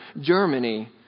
Germany